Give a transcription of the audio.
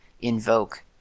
invoke